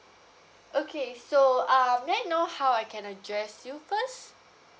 okay so um may I know how I can address you first